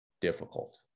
difficult